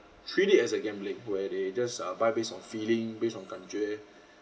treat it as a gambling where they just uh buy based on feeling based on 感觉